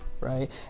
right